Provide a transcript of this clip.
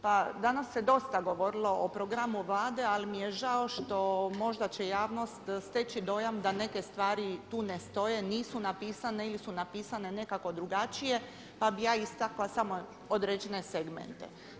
Pa danas se dosta govorilo o programu Vlade, ali mi je žao što možda će javnost steći dojam da neke stvari tu ne stoje, nisu napisane ili su napisane nekako drugačije, pa bih ja istakla samo određene segmente.